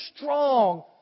strong